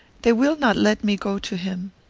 they will not let me go to him.